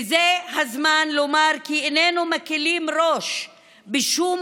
וזה הזמן לומר כי איננו מקילים ראש בשום